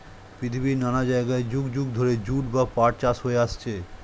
পৃথিবীর নানা জায়গায় যুগ যুগ ধরে জুট বা পাট চাষ হয়ে আসছে